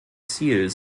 ziel